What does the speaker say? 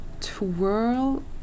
twirl